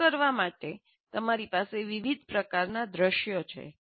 આ કરવા માટે તમારી પાસે વિવિધ પ્રકારના દૃશ્યો છે